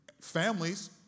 Families